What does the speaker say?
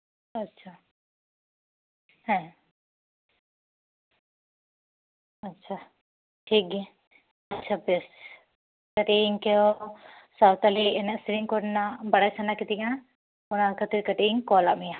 ᱟᱪᱪᱷᱟ ᱦᱮᱸ ᱟᱪᱪᱷᱟ ᱴᱷᱤᱠᱜᱮᱭᱟ ᱟᱪᱪᱷᱟ ᱵᱮᱥ ᱟᱫᱚ ᱤᱧ ᱛᱚ ᱥᱟᱶᱛᱟᱞᱤ ᱮᱱᱮᱡ ᱥᱮᱨᱮᱧ ᱠᱚᱨᱮᱱᱟᱜ ᱵᱟᱲᱟᱭ ᱥᱟᱱᱟ ᱠᱤᱫᱤᱧᱟ ᱚᱱᱟ ᱠᱷᱟᱹᱛᱤᱨ ᱠᱟᱹᱴᱤᱡ ᱤᱧ ᱠᱚᱞᱟᱫ ᱢᱮᱭᱟ